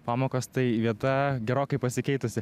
pamokos tai vieta gerokai pasikeitusi